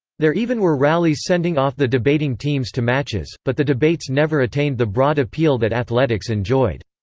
there even were rallies sending off the debating teams to matches, but the debates never attained the broad appeal that athletics enjoyed.